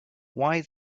why